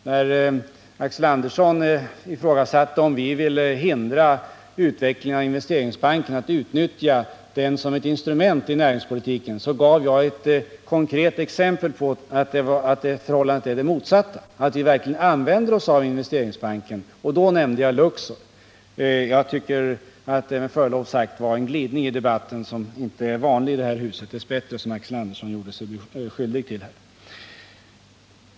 När Axel Andersson ifrågasatte att vi inte vill hindra utvecklingen av Investeringsbanken och att vi vill utnyttja den som ett instrument i näringspolitiken gav jag ett konkret exempel på att förhållandet är det motsatta, att vi verkligen använder oss av Investeringsbanken. Jag nämnde då Luxor. Det var med förlov sagt en glidning i debatten — dess bättre inte vanlig här i huset — som Axel Andersson här gjorde sig skyldig till.